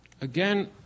Again